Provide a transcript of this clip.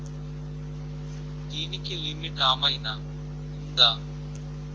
దీనికి లిమిట్ ఆమైనా ఉందా?